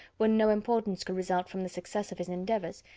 when no importance could result from the success of his endeavours,